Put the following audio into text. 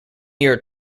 year